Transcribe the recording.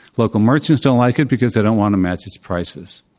local merchants don't like it because they don't want to match its prices.